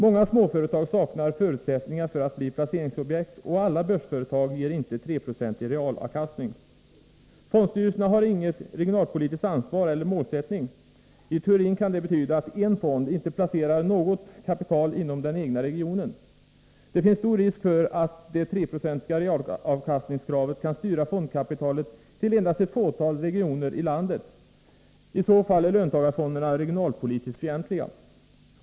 Många småföretag saknar förutsättningar för att bli placeringsobjekt, och alla börsföretag ger inte 3-procentig realavkastning. Fondstyrelserna har vidare regionalpolitiskt inte något ansvar eller någon målsättning. I teorin kan det betyda att en fond inte placerar något kapital inom den egna regionen. Det finns stor risk för att det 3-procentiga realavkastningskravet kan styra fondkapitalet till endast ett fåtal regioner i landet. I så fall är löntagarfonderna regionalpolitiskt fientliga.